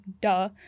duh